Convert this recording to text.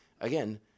again